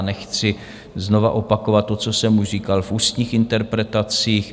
Nechci znovu opakovat to, co jsem už říkal v ústních interpelacích.